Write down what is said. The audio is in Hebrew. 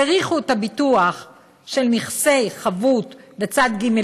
העריכו את הביטוח של נכסי חבות לצד ג',